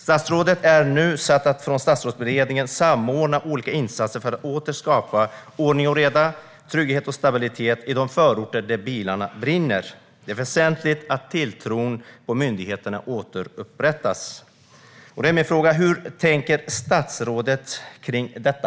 Statsrådet är nu satt att från Statsrådsberedningen samordna olika insatser för att åter skapa ordning och reda, trygghet och stabilitet i de förorter där bilarna brinner. Det är väsentligt att tilltron till myndigheterna återupprättas. Hur tänker statsrådet kring detta?